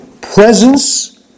presence